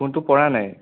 ফোনটো পৰা নাই